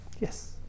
Yes